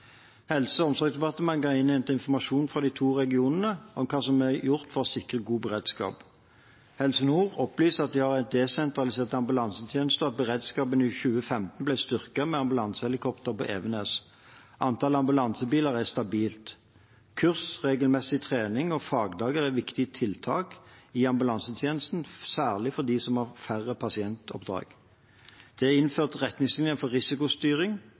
Helse- og omsorgsdepartementet har innhentet informasjon fra de to regionene om hva som er gjort for å sikre god beredskap. Helse Nord opplyser at de har en desentralisert ambulansetjeneste, og at beredskapen i 2015 ble styrket med ambulansehelikopter på Evenes. Antall ambulansebiler er stabilt. Kurs, regelmessig trening og fagdager er viktige tiltak i ambulansetjenesten, særlig for dem som har færre pasientoppdrag. Det er innført retningslinjer for risikostyring.